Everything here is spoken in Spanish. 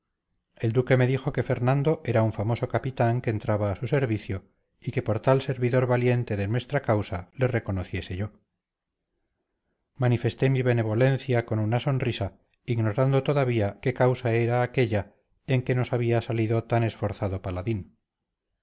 el duque me dijo que fernando era un famoso capitán que entraba a su servicio y que por tal servidor valiente de nuestra causa le reconociese yo manifesté mi benevolencia con una sonrisa ignorando todavía qué causa era aquella en que nos había salido tan esforzado paladín